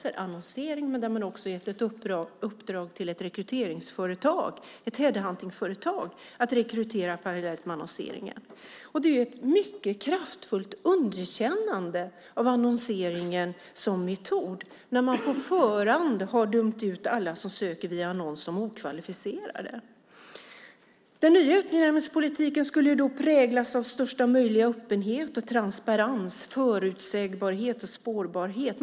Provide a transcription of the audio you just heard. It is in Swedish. Det sker annonsering, men man har också gett i uppdrag till ett rekryteringsföretag - ett headhuntingföretag - att rekrytera parallellt med annonseringen. Det är ju ett mycket kraftfullt underkännande av annonseringen som metod när man på förhand har dömt ut alla som söker via annons som okvalificerade! Den nya utnämningspolitiken skulle ju präglas av största möjliga öppenhet och transparens, förutsägbarhet och spårbarhet.